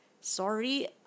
sorry